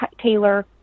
Taylor